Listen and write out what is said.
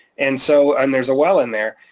and so and there's a well in there.